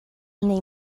neu